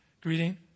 greeting